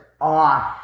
off